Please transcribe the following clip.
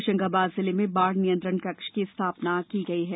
होशंगाबाद जिले में बाढ़ नियंत्रण कक्ष की स्थापना की गई है